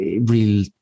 real